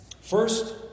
First